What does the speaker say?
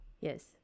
Yes